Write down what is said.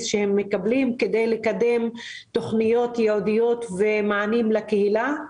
שהם מקבלים כדי לקדם תכניות ייעודיות ומענים לקהילה.